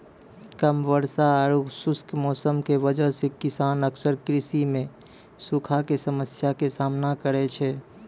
कम वर्षा आरो खुश्क मौसम के वजह स किसान अक्सर कृषि मॅ सूखा के समस्या के सामना करै छै